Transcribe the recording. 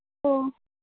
ꯑꯣ